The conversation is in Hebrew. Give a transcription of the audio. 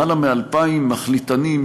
מעל 2,000 מחליטנים,